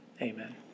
Amen